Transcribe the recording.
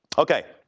okay,